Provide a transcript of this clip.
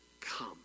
come